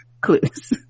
clues